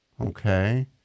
okay